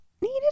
Needed